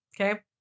Okay